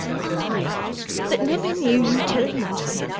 i that never knew you tell lie,